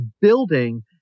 building